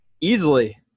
easily